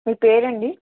మీ పేరండి